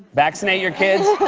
vaccinate your kids.